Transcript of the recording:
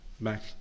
back